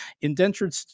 Indentured